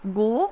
go